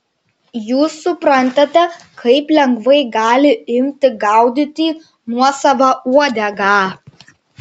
jūs suprantate kaip lengvai gali imti gaudyti nuosavą uodegą